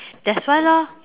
that's why lor